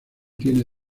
tiene